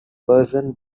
person